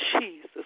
Jesus